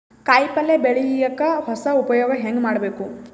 ಕಾಯಿ ಪಲ್ಯ ಬೆಳಿಯಕ ಹೊಸ ಉಪಯೊಗ ಹೆಂಗ ಮಾಡಬೇಕು?